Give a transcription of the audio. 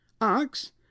Ox